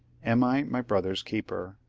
am i my brother's keeper?